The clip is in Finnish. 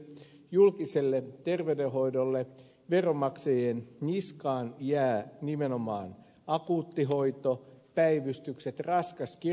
julkiselle terveydenhoidolle veronmaksajien niskaan jää nimenomaan akuuttihoito päivystykset raskas ja